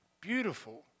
beautiful